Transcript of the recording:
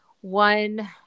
one